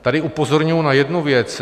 Tady upozorňuji na jednu věc.